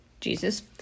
Jesus